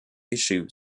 issue